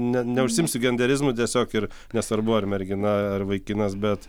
ne neužsiimsiu genderizmu tiesiog ir nesvarbu ar mergina ar vaikinas bet